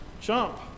jump